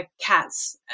cats